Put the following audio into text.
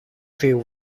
θείου